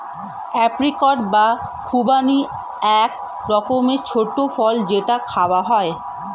apricot বা খুবানি এক রকমের ছোট্ট ফল যেটা খাওয়া হয়